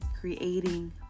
creating